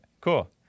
Cool